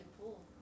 pool